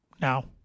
now